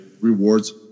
rewards